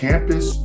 Campus